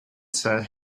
said